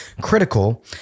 critical